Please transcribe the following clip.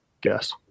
guess